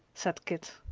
said kit.